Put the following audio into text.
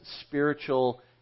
spiritual